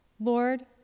Lord